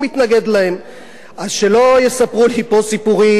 אז שלא יספרו לי פה סיפורים וכל מיני